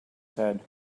said